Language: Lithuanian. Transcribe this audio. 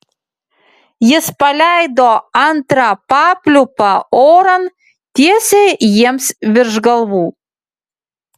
jis paleido antrą papliūpą oran tiesiai jiems virš galvų